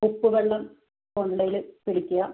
ഉപ്പുവെള്ളം തൊണ്ടയില് പിടിക്കുക